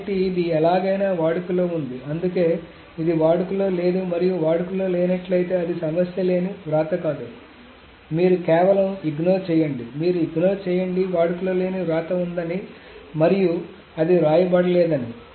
కాబట్టి ఇది ఎలాగైనా వాడుకలో ఉంది అందుకే ఇది వాడుకలో లేదు మరియు వాడుకలో లేనట్లయితే అది సమస్య లేని వ్రాతకాదు కాబట్టి మీరు కేవలం ఇగ్నోర్ చేయండి మీరు ఇగ్నోర్ చేయండి వాడుకలో లేని వ్రాత ఉందని మరియు అది వ్రాయబడలేదని